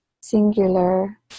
singular